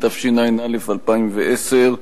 התשע"א 2011,